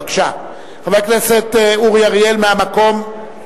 בבקשה, חבר הכנסת אורי אריאל, מהמקום.